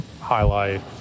highlight